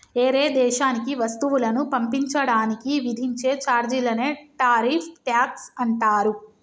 ఏరే దేశానికి వస్తువులను పంపించడానికి విధించే చార్జీలనే టారిఫ్ ట్యాక్స్ అంటారు